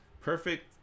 perfect